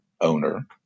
owner